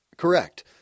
Correct